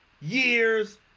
years